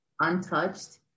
untouched